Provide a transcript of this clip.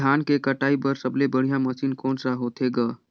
धान के कटाई बर सबले बढ़िया मशीन कोन सा होथे ग?